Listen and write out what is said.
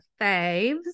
faves